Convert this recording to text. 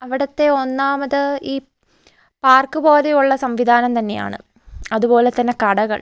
അവിടുത്തെ ഒന്നാമത് ഈ പാർക്ക് പോലെയുള്ള സംവിധാനം തന്നെയാണ് അതുപോലെ തന്നെ കടകൾ